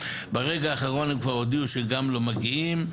ברגע האחרון הם כבר הודיעו שגם לא מגיעים,